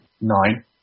Nine